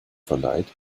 verleiht